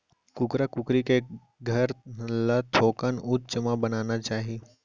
कुकरा कुकरी के घर ल थोकन उच्च म बनाना चाही